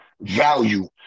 value